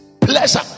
pleasure